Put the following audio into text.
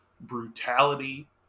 brutality